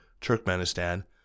Turkmenistan